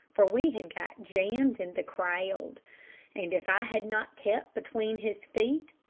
for we had got jammed in the crowd, and if i had not kept between his feet,